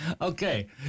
Okay